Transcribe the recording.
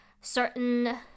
certain